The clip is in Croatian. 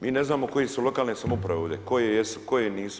Mi ne znamo koje su lokalne samouprave ovdje, koje jesu, koje nisu.